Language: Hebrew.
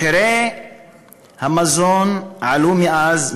מחירי המזון עלו מאז,